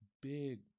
big